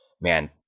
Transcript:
man